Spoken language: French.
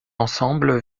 ensemble